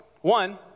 One